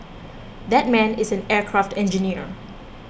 that man is an aircraft engineer